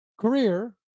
career